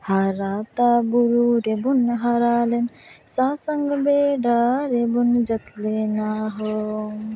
ᱦᱟᱨᱟᱛᱟ ᱵᱩᱨᱩ ᱨᱮᱱ ᱵᱩᱱ ᱦᱟᱨᱟ ᱞᱮᱱ ᱥᱟᱥᱟᱝ ᱵᱮᱰᱟ ᱨᱮᱵᱩᱱ ᱡᱟᱹᱛᱞᱤᱱᱟ ᱦᱳ